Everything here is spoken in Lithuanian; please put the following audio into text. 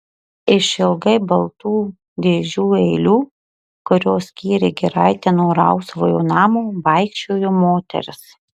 išilgai baltų dėžių eilių kurios skyrė giraitę nuo rausvojo namo vaikščiojo moteris